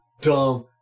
dumb